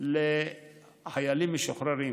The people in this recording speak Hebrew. לחיילים משוחררים,